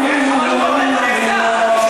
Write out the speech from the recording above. רבותי.